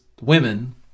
women